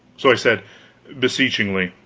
so i said beseechingly